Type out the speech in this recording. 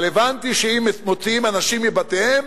אבל הבנתי שאם מוציאים אנשים מבתיהם,